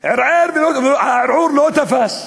ערערת והערעור לא תפס,